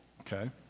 Okay